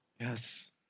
Yes